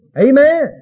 Amen